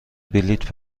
بلیط